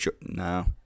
no